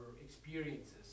experiences